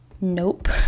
nope